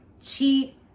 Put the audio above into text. cheat